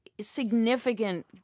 significant